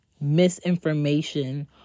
misinformation